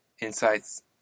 insights